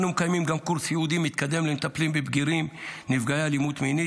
אנו מקיימים גם קורס ייעודי מתקדם למטפלים בבגירים נפגעי אלימות מינית,